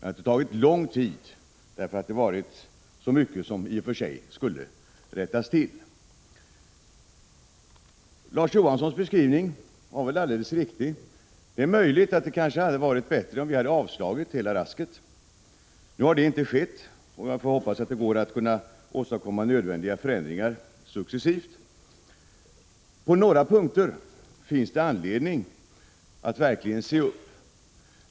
Det har tagit så lång tid, därför att det varit så mycket som i och för sig skulle rättas till. Larz Johanssons beskrivning var alldeles riktig. Det är möjligt att det hade varit bättre om vi hade yrkat avslag på det hela. Nu har det inte skett, och jag hoppas att det skall gå att åstadkomma nödvändiga förändringar successivt. På några punkter finns det anledning att verkligen se upp.